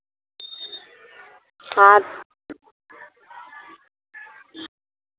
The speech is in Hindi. हाँ